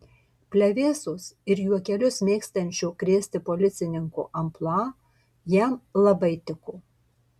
plevėsos ir juokelius mėgstančio krėsti policininko amplua jam labai tiko